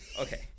okay